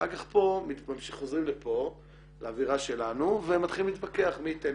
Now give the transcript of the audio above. ואחר כך כשחוזרים לפה לאווירה שלנו ומתחילים להתווכח מי ייתן